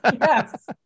Yes